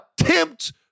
attempt